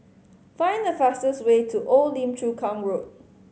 find the fastest way to Old Lim Chu Kang Road